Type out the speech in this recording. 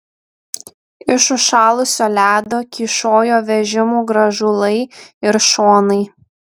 iš užšalusio ledo kyšojo vežimų grąžulai ir šonai